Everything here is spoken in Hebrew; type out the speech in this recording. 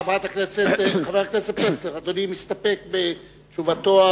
חבר הכנסת פלסנר, אדוני מסתפק בתשובתו,